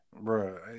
bro